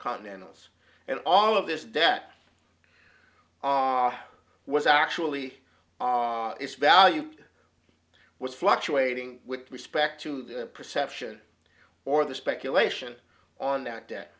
continentals and all of this debt was actually its value was fluctuating with respect to the perception or the speculation on that d